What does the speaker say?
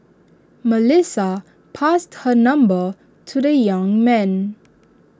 Melissa passed her number to the young man